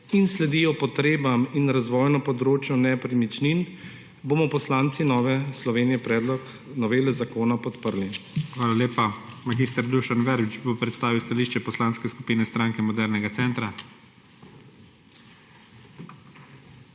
in sledijo potrebam in razvoju na področju nepremičnin, bomo poslanci Nove Slovenije predlog novele zakona podprli. PREDSEDNIK IGOR ZORČIČ: Hvala lepa. Mag. Dušan Verbič bo predstavil stališče Poslanske skupine Stranke modernega centra.